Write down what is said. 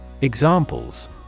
Examples